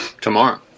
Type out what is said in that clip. tomorrow